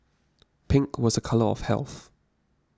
pink was a colour of health